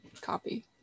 copy